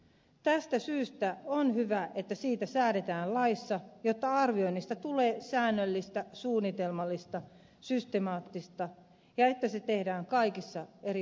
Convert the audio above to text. tästä syystä on hyvä että siitä säädetään laissa jotta arvioinnista tulee säännöllistä suunnitelmallista systemaattista ja jotta se tehdään kaikissa eri olosuhteissa